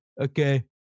Okay